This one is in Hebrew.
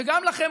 וגם לכם,